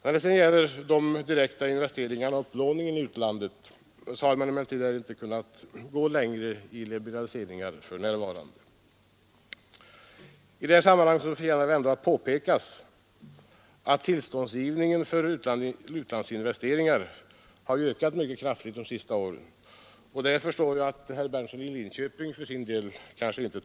Och i vad gäller direkta investeringar och upplåning i utlandet har det inte varit möjligt att gå längre i liberaliseringar. I detta sammanhang förtjänar det dock påpekas att tillståndsgivningen för utlandsinvesteringar har ökat mycket kraftigt de senaste åren. Jag förstår att herr Berndtson i Linköping inte tycker om det.